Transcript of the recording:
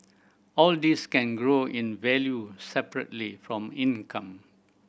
all these can grow in value separately from income